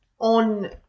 on